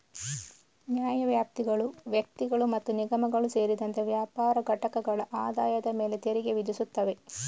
ನ್ಯಾಯವ್ಯಾಪ್ತಿಗಳು ವ್ಯಕ್ತಿಗಳು ಮತ್ತು ನಿಗಮಗಳು ಸೇರಿದಂತೆ ವ್ಯಾಪಾರ ಘಟಕಗಳ ಆದಾಯದ ಮೇಲೆ ತೆರಿಗೆ ವಿಧಿಸುತ್ತವೆ